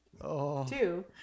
Two